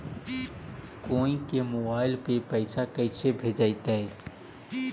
कोई के मोबाईल पर पैसा कैसे भेजइतै?